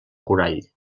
corall